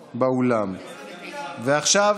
שוב,